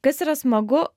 kas yra smagu